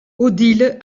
odile